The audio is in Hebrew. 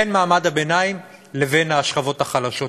בין מעמד הביניים לבין השכבות החלשות.